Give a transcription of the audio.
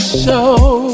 show